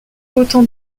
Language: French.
autant